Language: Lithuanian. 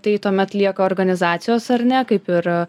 tai tuomet lieka organizacijos ar ne kaip ir